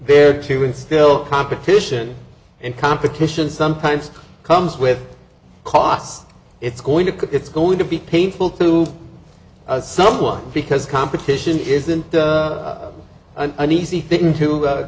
there to instill competition and competition sometimes comes with costs it's going to it's going to be painful to someone because competition isn't an easy thing to